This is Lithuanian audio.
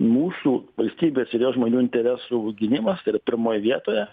mūsų valstybės ir jos žmonių interesų gynimas tai yra pirmoj vietoje